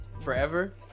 forever